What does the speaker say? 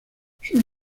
sus